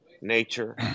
nature